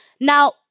Now